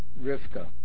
Rivka